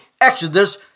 Exodus